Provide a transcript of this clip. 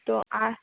तो आह